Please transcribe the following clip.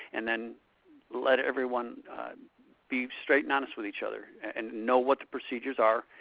and then let everyone be straight and honest with each other, and know what the procedures are,